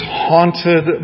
haunted